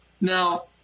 Now